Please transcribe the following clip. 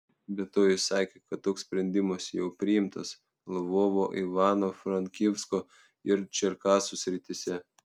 be to jis sakė kad toks sprendimas jau priimtas lvovo ivano frankivsko ir čerkasų srityse